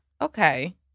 okay